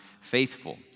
faithful